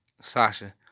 Sasha